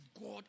God